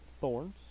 Thorns